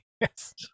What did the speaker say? Yes